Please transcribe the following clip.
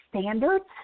standards